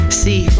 see